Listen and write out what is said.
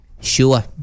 Sure